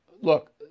Look